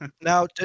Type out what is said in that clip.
Now